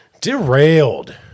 Derailed